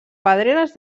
pedreres